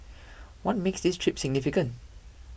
what makes this trip significant